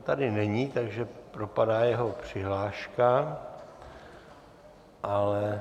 Ten tady není, takže propadá jeho přihláška, ale...